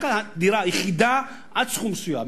רק על הדירה היחידה עד סכום מסוים,